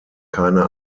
keine